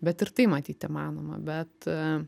bet ir tai matyt įmanoma bet